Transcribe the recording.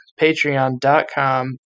Patreon.com